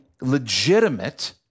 legitimate